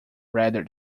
rather